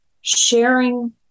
sharing